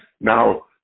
now